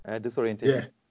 Disoriented